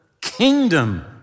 kingdom